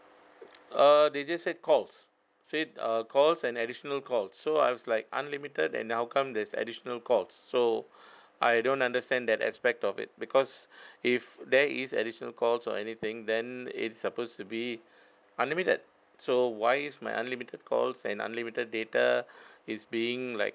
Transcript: err they just said calls said uh calls and additional calls so I was like unlimited and how come there's additional calls so I don't understand that aspect of it because if there is additional calls or anything then it's supposed to be unlimited so why is my unlimited calls and unlimited data is being like